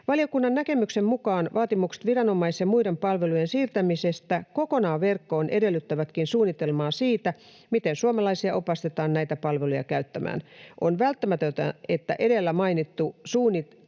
Valiokunnan näkemyksen mukaan vaatimukset viranomais- ja muiden palvelujen siirtämisestä kokonaan verkkoon edellyttävätkin suunnitelmaa siitä, miten suomalaisia opastetaan näitä palveluja käyttämään. On välttämätöntä, että edellä mainittu suunnitelma